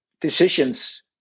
decisions